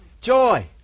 joy